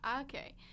okay